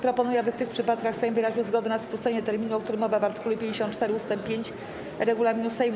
Proponuję, aby w tych przypadkach Sejm wyraził zgodę na skrócenie terminu, o którym mowa w art. 54 ust. 5 regulaminu Sejmu.